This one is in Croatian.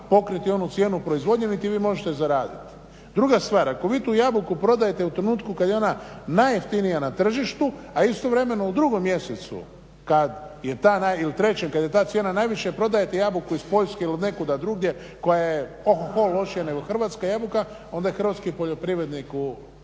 pokriti onu cijenu proizvodnje niti vi možete zaraditi. Druga stvar, ako vi tu jabuku prodajete u trenutku kada je ona najjeftinija na tržištu a istovremeno u 2. mjesecu kada je ta, ili 3. kada je ta cijena najviše prodajete jabuku iz Poljske ili od nekuda drugdje koja je ohoho lošija nego hrvatska jabuka onda je hrvatskih poljoprivrednik u,